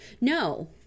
No